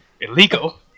illegal